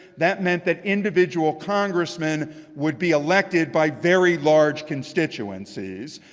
that meant that individual congressmen would be elected by very large constituencies.